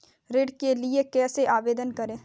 ऋण के लिए कैसे आवेदन करें?